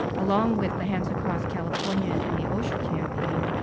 along with the hands across california and the osher campaign,